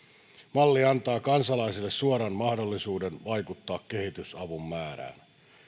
malli antaa kansalaisille suoran mahdollisuuden vaikuttaa kehitysavun määrään